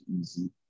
easy